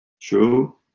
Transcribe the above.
True